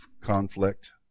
conflict